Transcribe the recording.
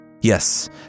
yes